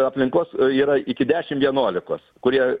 aplinkos yra iki dešim vienuolikos kurie